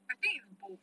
I think is both